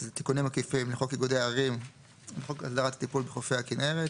שהם תיקונים עקיפים לחוק איגודי ערים וחוק הסדרת הטיפול בחופי הכנרת.